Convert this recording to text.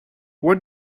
where